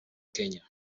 kenya